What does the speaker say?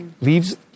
leaves